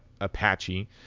Apache